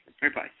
Goodbye